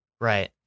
Right